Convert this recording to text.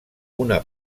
una